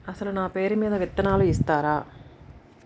అసలు నా పేరు మీద విత్తనాలు ఇస్తారా?